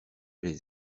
les